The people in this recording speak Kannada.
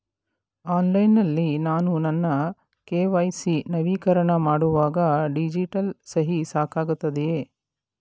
ಆನ್ಲೈನ್ ನಲ್ಲಿ ನಾನು ನನ್ನ ಕೆ.ವೈ.ಸಿ ನವೀಕರಣ ಮಾಡುವಾಗ ಡಿಜಿಟಲ್ ಸಹಿ ಸಾಕಾಗುತ್ತದೆಯೇ?